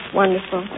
wonderful